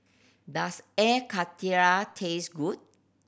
does Air Karthira taste good